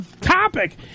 topic